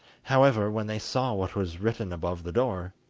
however, when they saw what was written above the door,